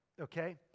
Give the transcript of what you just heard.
okay